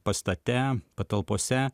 pastate patalpose